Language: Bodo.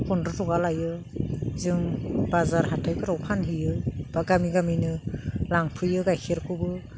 पन्द्र' ताका लायो जों बाजार हाथायफोराव फानहैयो बा गामि गामिनि लांफैयो गाइखेरखौबो